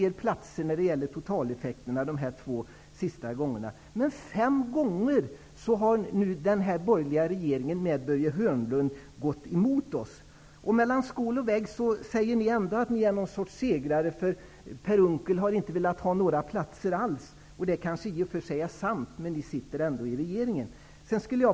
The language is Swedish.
De två senaste gångerna har det gällt en totaleffekt på flera hundra platser. Men fem gånger har den borgerliga regeringen, med Börje Hörnlund, gått emot oss. Mellan skål och vägg säger ni ändå att ni är någon sorts segrare, för Per Unckel har inte velat ha några platser alls. Det kanske i och för sig är sant, men ni sitter ändå i regeringen.